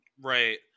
Right